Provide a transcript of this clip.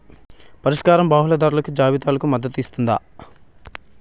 పరిష్కారం బహుళ ధరల జాబితాలకు మద్దతు ఇస్తుందా?